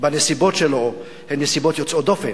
בנסיבות שלו, הן נסיבות יוצאות דופן.